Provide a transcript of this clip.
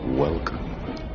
Welcome